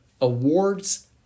awards